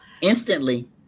Instantly